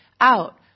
out